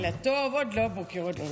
לילה טוב, עוד לא בוקר, עוד לא.